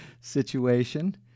situation